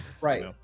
Right